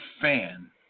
fan